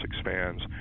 expands